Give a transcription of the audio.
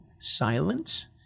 silence